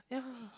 yeah